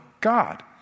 God